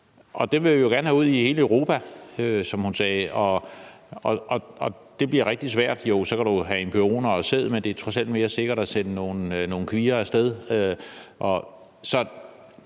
Dem vil vi jo gerne have ud i hele Europa, som hun sagde, og det bliver rigtig svært – så kan du have embryoner og sæd, men det er trods alt mere sikkert at sende nogle kvier af sted.